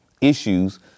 issues